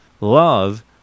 love